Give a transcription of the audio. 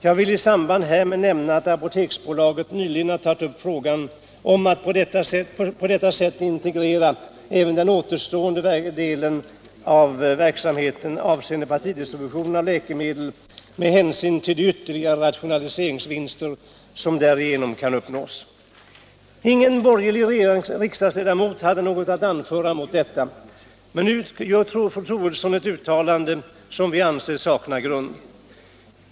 Jag vill i samband härmed nämna att apoteksbolaget nyligen har tagit upp frågan om att på detta sätt integrera även den återstående verksamheten avseende partidistribution av läkemedel med hänsyn till de ytterligare rationaliseringsvinster som därigenom kan uppnås.” Ingen borgerlig riksdagsledamot hade något att anföra mot detta. Men nu gör fru Troedsson ett uttalande som vi anser saknar grund.